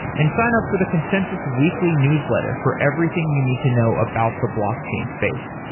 and sign up for the consensus weekly newsletter for everything you need to know about the block chain space.